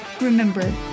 remember